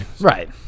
Right